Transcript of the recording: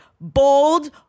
bold